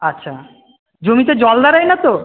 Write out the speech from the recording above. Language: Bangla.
আচ্ছা জমিতে জল দাঁড়ায় না তো